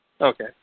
Okay